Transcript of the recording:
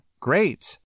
Great